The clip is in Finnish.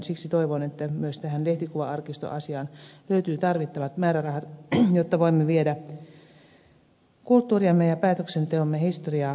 siksi toivon että myös tähän lehtikuva arkistoasiaan löytyy tarvittavat määrärahat jotta voimme viedä kulttuuriamme ja päätöksentekomme historiaa tuleville sukupolville